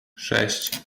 sześć